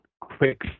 quick